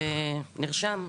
נרשם.